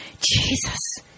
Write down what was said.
Jesus